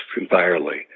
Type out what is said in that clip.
entirely